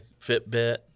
Fitbit